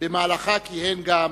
שבה כיהן גם